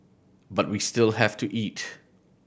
but we still have to eat